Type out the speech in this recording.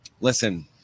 listen